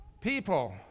People